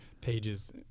Pages